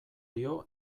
dio